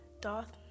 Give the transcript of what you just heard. Doth